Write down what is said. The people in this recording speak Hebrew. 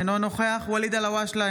אינו נוכח ואליד אלהואשלה,